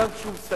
וגם כשהוא מסיים